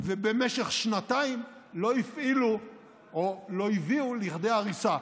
ובמשך שנתיים לא הפעילו או לא הביאו לכדי הריסה.